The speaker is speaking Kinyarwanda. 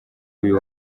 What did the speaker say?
uyu